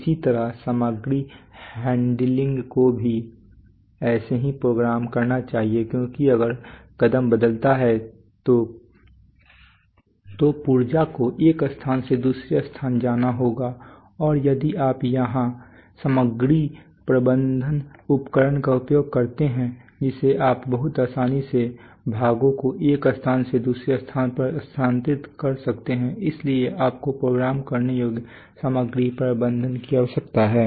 इसी तरह सामग्री हैंडलिंगको भी ऐसे ही प्रोग्राम करना चाहिए क्योंकि अगर कदम बदलता है तो पुर्जा को एक स्थान से दूसरे स्थान जाना होगा और यदि आप यहां सामग्री प्रबंधन उपकरण का उपयोग करते हैं जिसे आप बहुत आसानी से भागों को एक स्थान से दूसरे स्थान पर स्थानांतरित नहीं कर सकते हैं इसलिए आपको प्रोग्राम करने योग्य सामग्री प्रबंधन की आवश्यकता है